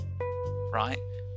right